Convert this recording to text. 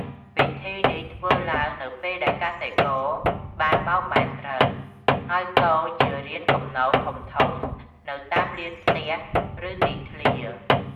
ពិធីនេះធ្វើឡើងនៅពេលដែលកសិករបានបោកបែនស្រូវ ហើយគរជារានគំនរធំៗនៅតាមលានផ្ទះ ឬទីធ្លា។